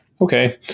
Okay